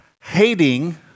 hating